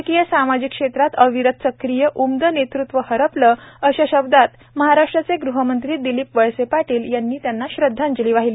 राजकीय सामाजिक क्षेत्रात अविरत सक्रिय उमदे नेतृत्व हरपले अश्या शब्दात महाराष्ट्राचे गृहमंत्री दिलीप वळसे पाटील यांनी श्रद्धांजली वाहिली